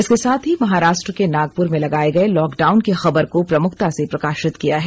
इसके साथ ही महाराष्ट्र के नागपुर में लगाए गए लॉकडाउन की खबर को प्रमुखता से प्रकाशित किया है